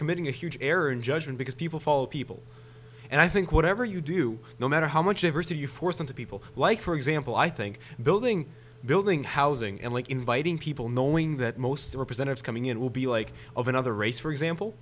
committing a huge error in judgment because people fall people and i think whatever you do no matter how much they perceive you force them to people like for example i think building building housing and like inviting people knowing that most represented coming in will be like of another race for example